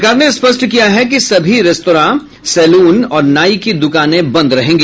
सरकार ने स्पष्ट किया है कि सभी रेस्त्रां सेलून और नाई की दुकानें बंद रहेंगी